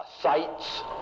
sights